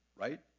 right